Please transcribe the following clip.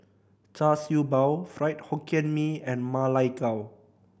Char Siew Bao Fried Hokkien Mee and Ma Lai Gao